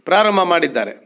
ಪ್ರಾರಂಭ ಮಾಡಿದ್ದಾರೆ